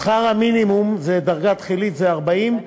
שכר המינימום, דרגה תחילית זה 40,